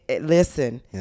Listen